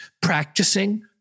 practicing